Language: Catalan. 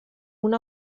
una